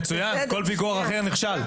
כל פיקוח אחר נכשל.